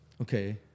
Okay